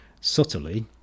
subtly